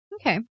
Okay